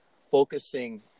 focusing